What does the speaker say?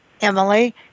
Emily